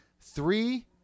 three